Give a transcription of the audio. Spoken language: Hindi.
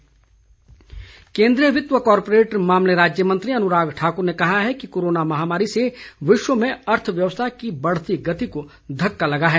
अन्राग केन्द्रीय वित्त व कॉरपोरेट मामले राज्य मंत्री अनुराग ठाक्र ने कहा है कि कोरोना महामारी से विश्व में अर्थव्यवस्था की बढ़ती गति को धक्का लगा है